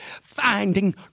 Finding